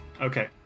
okay